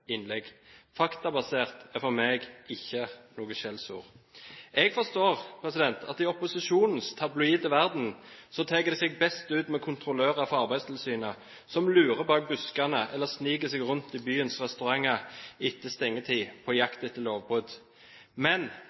Faktabasert er for meg ikke noe skjellsord. Jeg forstår at det i opposisjonens tabloide verden tar seg best ut med kontrollører fra Arbeidstilsynet som lurer bak buskene eller sniker seg rundt i byens restauranter etter stengetid på jakt etter lovbrudd. Men